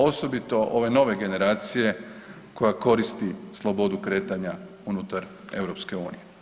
Osobito ove nove generacije koja koristi slobodu kretanja unutar EU.